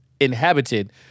inhabited